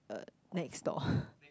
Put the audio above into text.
uh next door